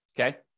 okay